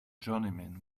journeyman